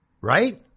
Right